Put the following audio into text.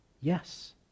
Yes